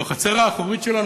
הוא החצר האחורית שלנו,